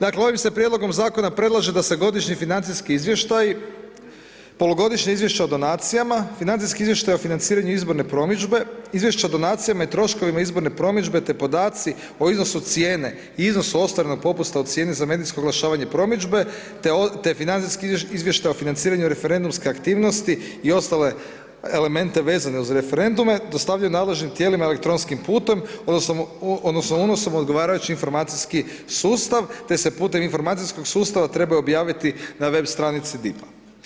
Dakle, ovim se prijedlogom Zakona predlaže da se godišnji financijski izvještaji, polugodišnja izvješća o donacijama, financijski izvještaj o financiranju izborne promidžbe, izvješća donacijama i troškovima izborne promidžbe, te podaci o iznosu cijene i iznosu ostvarenog popusta u cijeni za medijsko oglašavanje promidžbe, te financijski izvještaj o financiranju referendumske aktivnosti i ostale elemente vezane uz referendume, dostavljaju nadležnim tijelima elektronskim putem odnosno unosom u odgovarajući informacijski sustav, te se putem informacijskog sustava trebaju objaviti na web stranici DIP-a.